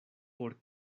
por